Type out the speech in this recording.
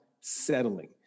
settling